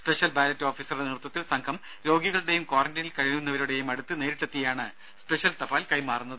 special ballot ഓഫീസറുടെ നേതൃത്വത്തിൽ സംഘം രോഗികളുടെയും ക്വാറന്റീനിൽ കഴിയുന്നവരുടെയും അടുത്ത് നേരിട്ടെത്തിയാണ് സ്പെഷൽ തപാൽ കൈമാറുന്നത്